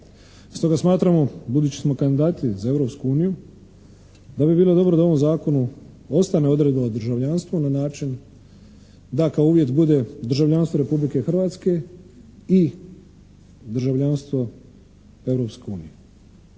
Stoga smatramo budući smo kandidati za Europsku uniju da bi bilo dobro da u ovom zakonu ostane odredba o državljanstvu na način da kao uvjet bude državljanstvo Republike Hrvatske i državljanstvo